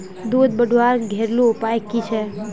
दूध बढ़वार घरेलू उपाय की छे?